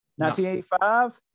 1985